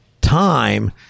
time